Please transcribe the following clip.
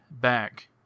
back